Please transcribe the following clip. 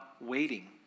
waiting